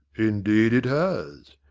indeed it has.